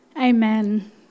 Amen